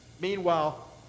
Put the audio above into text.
Meanwhile